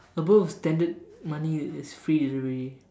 above standard money is free delivery